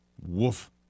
woof